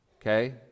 okay